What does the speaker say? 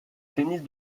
tennis